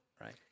right